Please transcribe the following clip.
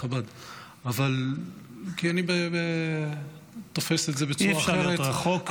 כי אני תופס את זה בצורה אחרת -- אי-אפשר להיות רחוק,